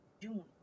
June